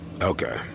Okay